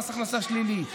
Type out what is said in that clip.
מס הכנסה שלילי.